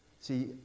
See